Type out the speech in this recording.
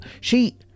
She—